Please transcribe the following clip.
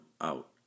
out